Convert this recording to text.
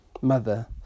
mother